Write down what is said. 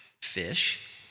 fish